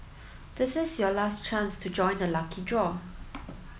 this is your last chance to join the lucky draw